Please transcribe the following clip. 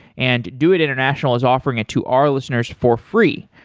and doit international is offering it to our listeners for free.